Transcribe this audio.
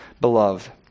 beloved